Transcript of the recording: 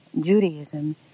Judaism